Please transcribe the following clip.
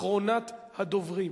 אחרונת הדוברים.